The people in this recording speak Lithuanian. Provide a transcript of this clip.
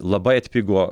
labai atpigo